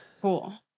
cool